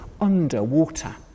underwater